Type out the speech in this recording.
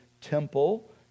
temple